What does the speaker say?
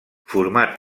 format